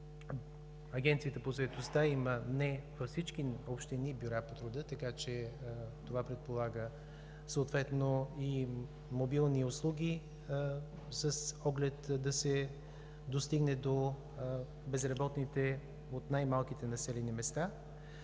Агенцията по заетостта не във всички общини има бюра по труда, така че това предполага съответно мобилни услуги с оглед да се достигне до безработните от най-малките населени места.